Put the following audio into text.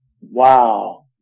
Wow